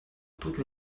toute